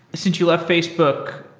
since you left facebook,